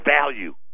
value